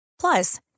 Plus